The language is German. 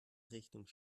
richtung